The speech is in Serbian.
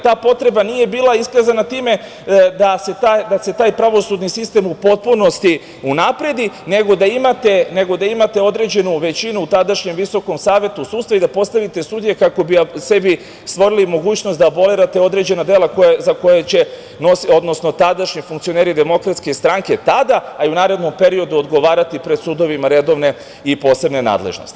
Ta potreba nije bila iskazana time da se taj pravosudni sistem u potpunosti unapredi, nego da imate određenu većinu tadašnjeg Visokog saveta sudstva i da postavite sudije kako bi sebi stvorili mogućnost da abolirate određena dela za koje će tadašnji funkcioneri Demokratske stranke tada, a i u narednom periodu odgovarati pred sudovima redovne i posebne nadležnosti.